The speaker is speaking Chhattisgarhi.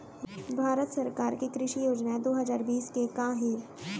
भारत सरकार के कृषि योजनाएं दो हजार बीस के का हे?